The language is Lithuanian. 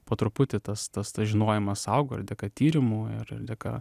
po truputį tas tas tas žinojimas augo ir dėka tyrimų ir dėka